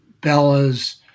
Bella's